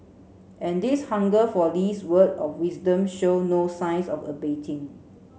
and this hunger for Lee's word of wisdom show no signs of abating